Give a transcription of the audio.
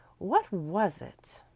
what was it?